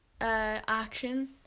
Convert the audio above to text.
action